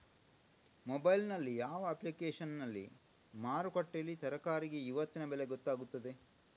Mobile ನಲ್ಲಿ ಯಾವ ಅಪ್ಲಿಕೇಶನ್ನಲ್ಲಿ ಮಾರುಕಟ್ಟೆಯಲ್ಲಿ ತರಕಾರಿಗೆ ಇವತ್ತಿನ ಬೆಲೆ ಗೊತ್ತಾಗುತ್ತದೆ?